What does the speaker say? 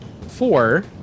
four